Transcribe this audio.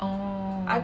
oh